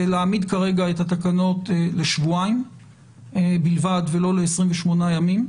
להעמיד כרגע את התקנות על שבועיים בלבד ולא על 28 ימים.